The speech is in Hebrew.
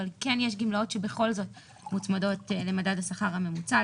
אבל כן יש גמלאות שבכל זאת מוצמדות למדד השכר הממוצע,